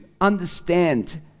understand